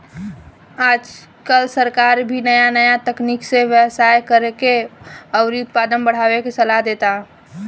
आजकल सरकार भी नाया नाया तकनीक से व्यवसाय करेके अउरी उत्पादन बढ़ावे के सालाह देता